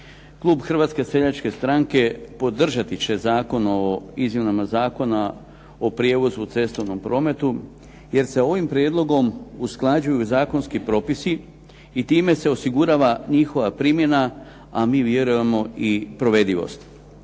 Klub HSS-a podržat će Zakon o izmjenama zakona o prijevozu u cestovnom prometu jer se ovim Prijedlogom usklađuju zakonski propisi i time se osigurava njihova primjena a mi vjerujemo i provedivost.